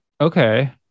Okay